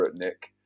Nick